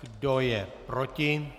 Kdo je proti?